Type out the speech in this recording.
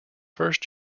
first